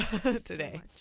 today